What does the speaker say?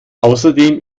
außerdem